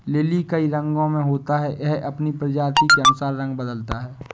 lily कई रंगो में होता है, यह अपनी प्रजाति के अनुसार रंग बदलता है